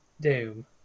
Doom